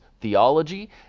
theology